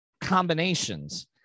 combinations